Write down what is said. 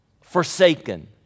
forsaken